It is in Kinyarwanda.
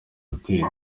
hoteli